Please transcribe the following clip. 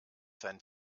sein